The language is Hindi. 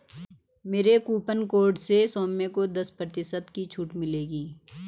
मेरे कूपन कोड से सौम्य को दस प्रतिशत की छूट मिलेगी